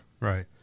right